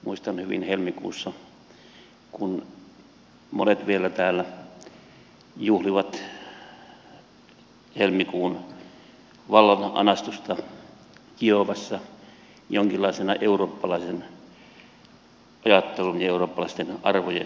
muistan hyvin helmikuussa kun monet täällä vielä juhlivat helmikuun vallananastusta kiovassa jonkinlaisena eurooppalaisen ajattelun ja eurooppalaisten arvojen esiinmarssina